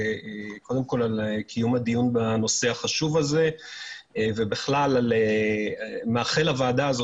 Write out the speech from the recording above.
קודם כול על קיום הדיון בנושא החשוב הזה ובכלל מאחל לוועדה הזאת